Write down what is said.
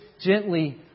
gently